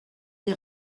des